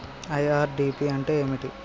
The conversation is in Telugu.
ఐ.ఆర్.డి.పి అంటే ఏమిటి?